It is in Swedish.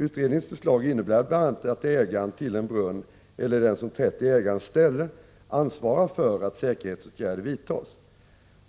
Utredningens förslag innebär bl.a. att ägaren till en brunn eller den som trätt i ägarens ställe ansvarar för att säkerhetsåtgärder vidtas.